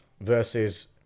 versus